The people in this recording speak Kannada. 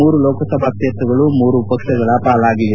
ಮೂರು ಲೋಕಸಭಾ ಕ್ಷೇತ್ರಗಳು ಮೂರು ಪಕ್ಷಗಳ ಪಾಲಾಗಿವೆ